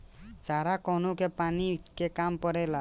सारा कौनो के पानी के काम परेला